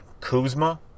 Kuzma